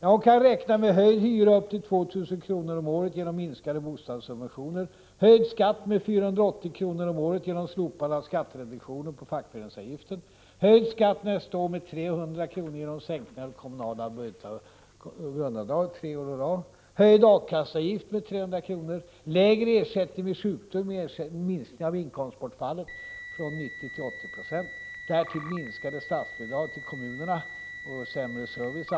Jo, hon kan räkna med höjd hyra upp till 2 000 kr. om året genom minskade bostadssubventioner, höjd skatt med 480 kr. om året genom slopande av skattereduktionen för fackföreningsavgift, höjd skatt nästa år genom sänkningar av det kommunala grundavdraget tre år i rad, höjd A-kasseavgift med 300 kr., lägre ersättning vid sjukdom, minskning av ersättningen vid inkomstbortfall från 90 till 80 26 och därtill minskade statsbidrag till kommunerna och alltså sämre service.